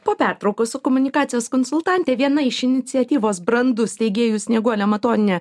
po pertraukos su komunikacijos konsultante viena iš iniciatyvos brandus steigėjų snieguolė matonienė